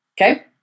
Okay